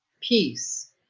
peace